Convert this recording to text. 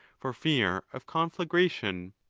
for fear of conflagration.